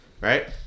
Right